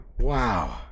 Wow